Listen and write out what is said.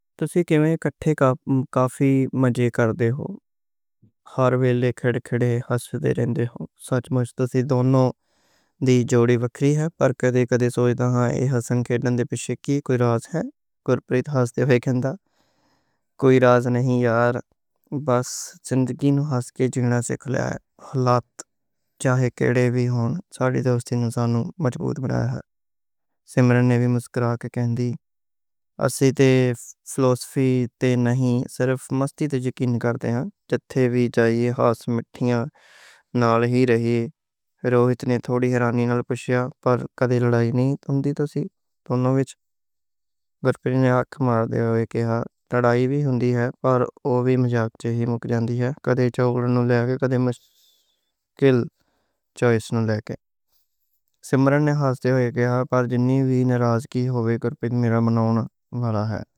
تُسی کیویں کٹھے کافی مزے کر دے ہو، ہر ویلے کھل کھلا کے ہس رہے۔ رہے ہو؟ سچ مُچ تُسی دونوں دی جوڑی وکری ہے، پر کدے کدے سوچ دے۔ ہُن اے ہسّن کھیڈّن دے پِچھے کوئی راز ہے، گُرپریت ہس کے آکھے۔ کہندا کوئی راز نئیں یار، فِلوسفی نئیں، فیکنگ وی نئیں، صرف مستی تے۔ یقین کر دے ہن، جتھے وی جائے، ہس مسکرا کے نال ہی رہے ہن۔ روہت نے تھوڑی حیرانی نال پُچھیا، پر کدے لڑائی نئیں ہوندی؟ تُسی دونوں وچ اَکھ مار دے آں، آکھ مار دے آں، کہہ لڑائی وی ہوندی۔ ہے، پر اوہ وی مذاق چ ہی مُک جاندی ہے، کدے ایہ تے اگلے نوں لے کے۔ کدے مشکل چوائس نوں لے کے، سِمرن نے ہس کے آکھیا، پر… جنّی وی نرازگی ہووے، گُرپریت نوں میرا مناؤنا بھارا ہے۔